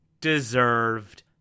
deserved